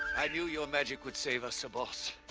i knew your magic would save us, sir boss,